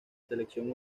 selección